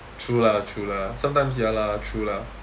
true lah true lah sometimes ya lah true lah